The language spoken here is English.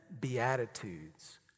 beatitudes